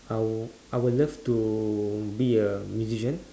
I wou~ I would love to be a musician